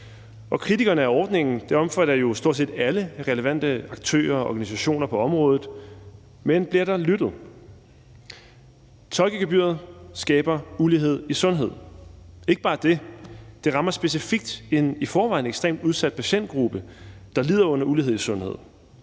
og kritikerne af ordningen omfatter jo stort set alle relevante aktører og organisationer på området, men bliver der lyttet til det? Tolkegebyret skaber ulighed i sundhed og ikke bare det, men det rammer også specifikt en i forvejen ekstremt udsat patientgruppe, der lider under ulighed i sundhed.